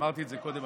אמרתי את זה קודם,